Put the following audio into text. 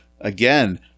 again